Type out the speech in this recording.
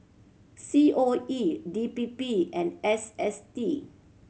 C O E D P P and S S T